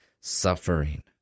suffering